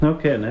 Okay